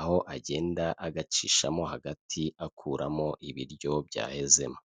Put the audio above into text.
aho agenda agacishamo hagati akuramo ibiryo byahezemo.